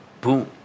Boom